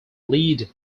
lead